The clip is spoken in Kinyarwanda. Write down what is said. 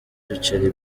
ibiceri